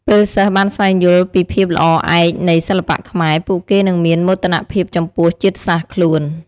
ពេលសិស្សបានស្វែងយល់ពីភាពល្អឯកនៃសិល្បៈខ្មែរ ពួកគេនឹងមានមោទនភាពចំពោះជាតិសាសន៍ខ្លួន។